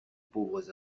pauvres